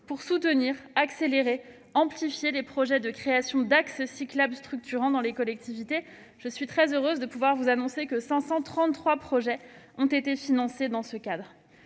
pour soutenir, accélérer et amplifier les projets de création d'axes cyclables structurants dans les collectivités. Je suis très heureuse de pouvoir vous annoncer que 533 projets ont été financés dans ce cadre.